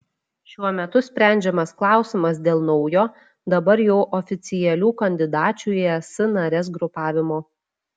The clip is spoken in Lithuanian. šiuo metu sprendžiamas klausimas dėl naujo dabar jau oficialių kandidačių į es nares grupavimo